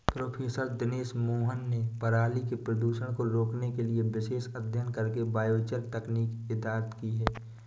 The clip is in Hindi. प्रोफ़ेसर दिनेश मोहन ने पराली के प्रदूषण को रोकने के लिए विशेष अध्ययन करके बायोचार तकनीक इजाद की है